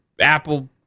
Apple